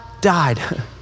died